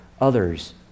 others